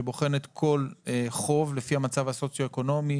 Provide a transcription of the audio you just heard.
שבוחנת כל חוב לפי המצב הסוציואקונומי,